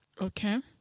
Okay